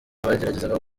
bageragezaga